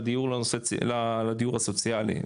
לדיור הסוציאלי,